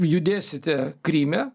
judėsite kryme